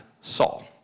Saul